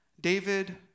David